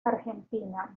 argentina